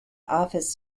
office